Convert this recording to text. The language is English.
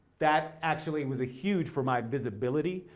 that actually was a huge for my visibility.